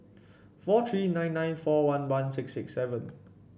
four three nine nine four one one six six seven